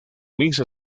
misa